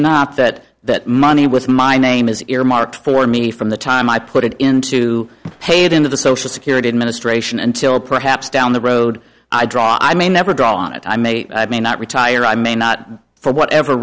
not that that money with my name is earmarked for me from the time i put it into paid into the social security administration until perhaps down the road i draw i may never draw on it i may or may not retire i may not for whatever